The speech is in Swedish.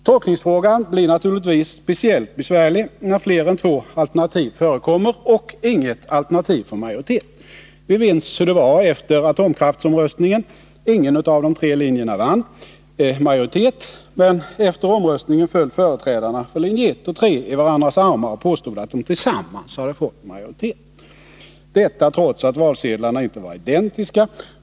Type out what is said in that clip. Tolkningsfrågan blir naturligtvis speciellt besvärlig när fler än två alternativ förekommer och inget alternativ får majoritet. Vi minns hur det var efter atomkraftsomröstningen. Ingen av de tre linjerna vann majoritet. Men efter omröstningen föll företrädarna för linje 1 och linje 3 i varandras armar och påstod att de tillsammans hade fått majoritet, detta trots att valsedlarna inte var identiska.